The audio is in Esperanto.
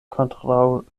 kontraŭ